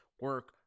Work